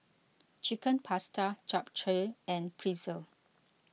Chicken Pasta Japchae and Pretzel